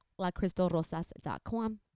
lacrystalrosas.com